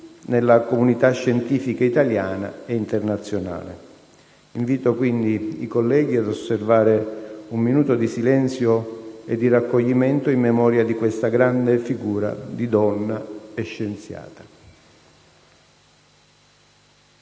nella comunità scientifica italiana ed internazionale. Invito quindi i colleghi ad osservare un minuto di silenzio e di raccoglimento in memoria di questa grande figura di donna e scienziata.